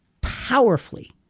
powerfully